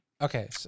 Okay